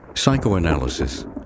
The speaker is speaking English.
Psychoanalysis